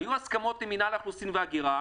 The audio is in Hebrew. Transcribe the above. היו הסכמות עם רשות האוכלוסין וההגירה,